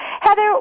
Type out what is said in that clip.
Heather